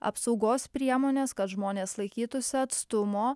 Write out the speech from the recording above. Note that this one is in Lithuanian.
apsaugos priemonės kad žmonės laikytųsi atstumo